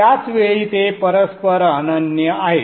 त्याच वेळी ते परस्पर अनन्य आहेत